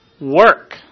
work